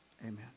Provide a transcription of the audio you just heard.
Amen